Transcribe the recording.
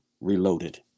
reloaded